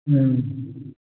ꯎꯝ